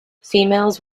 females